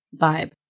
vibe